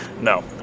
no